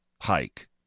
hike